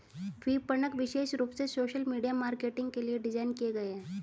विपणक विशेष रूप से सोशल मीडिया मार्केटिंग के लिए डिज़ाइन किए गए है